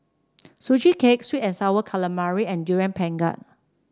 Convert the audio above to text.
Sugee Cake sweet and sour calamari and Durian Pengat